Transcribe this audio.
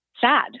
sad